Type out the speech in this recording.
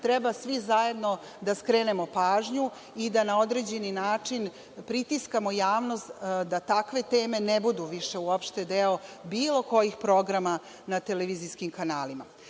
treba svi zajedno da skrenemo pažnju i da na određeni način pritiskamo javnost da takve teme više ne budu deo bilo kojih programa na televizijskim kanalima. Zbog